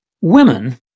Women